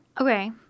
Okay